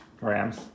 Rams